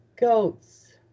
goats